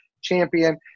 champion